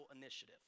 Initiative